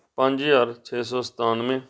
ਪੰਜ ਹਜ਼ਾਰ ਛੇ ਸੌ ਸਤਾਨਵੇਂ